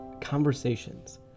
conversations